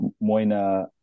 Moina